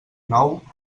nou